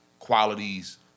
qualities